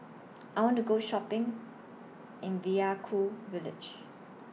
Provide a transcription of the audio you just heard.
I want to Go Shopping in Vaiaku Village